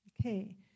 Okay